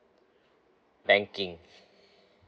banking